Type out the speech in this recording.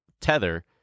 Tether